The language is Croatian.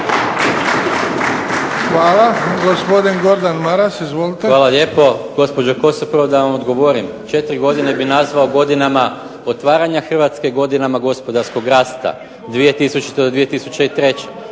Hvala. Gospodin Gordan Maras. Izvolite. **Maras, Gordan (SDP)** Hvala lijepo. Gospođo Kosor, prvo da vam odgovorim. Četiri godine bih nazvao godinama otvaranja Hrvatske, godinama gospodarskog rasta 2000.